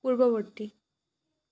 পূৰ্ৱবৰ্তী